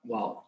Wow